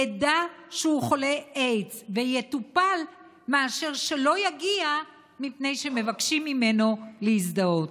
ידע שהוא חולה איידס ויטופל מאשר שלא יגיע מפני שמבקשים ממנו להזדהות.